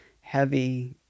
heavy